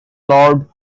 lord